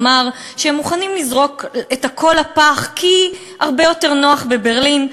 אמר שהם מוכנים לזרוק את הכול לפח כי הרבה יותר נוח בברלין,